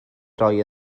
roi